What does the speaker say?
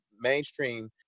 mainstream